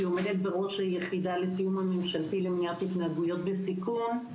שעומדת בראש היחידה לתיאום הממשלתי למניעת התנהגויות בסיכון.